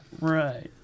Right